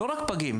לא רק פגים?